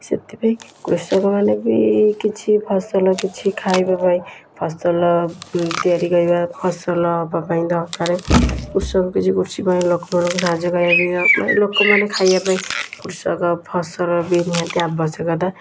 ସେଥିପାଇଁ କୃଷକମାନେ ବି କିଛି ଫସଲ କିଛି ଖାଇବା ପାଇଁ ଫସଲ ବି ତିଆରି କରିବା ଫସଲ ହେବାପାଇଁ ଦରକାର କୃଷକ କିଛି କୃଷି ପାଇଁ ଲୋକମାନଙ୍କୁ ସାହାଯ୍ୟ କରିବାପାଇଁ ମାନେ ଲୋକମାନେ ଖାଇବାପାଇଁ କୃଷକ ଫସଲ ବି ନିହାତି ଆବଶ୍ୟକତା